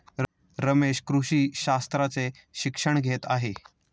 रमेश कृषी शास्त्राचे शिक्षण घेत आहे